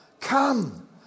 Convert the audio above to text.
Come